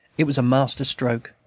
it was a master-stroke.